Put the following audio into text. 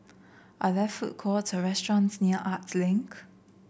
are there food courts or restaurants near Arts Link